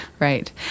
Right